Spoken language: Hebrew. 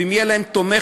ואם יהיה להם תומך-החלטה,